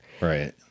Right